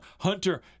Hunter